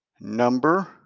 number